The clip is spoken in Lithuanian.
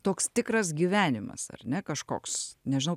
toks tikras gyvenimas ar ne kažkoks nežinau